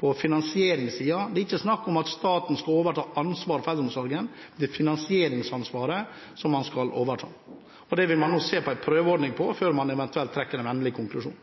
på finansieringssiden. Det er ikke snakk om at staten skal overta ansvaret for eldreomsorgen. Det er finansieringsansvaret som man skal overta. Der vil man se på en prøveordning før man eventuelt trekker en endelig konklusjon.